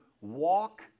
walk